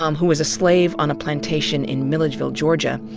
um who was a slave on a plantation in milledgeville, georgia,